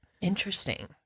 Interesting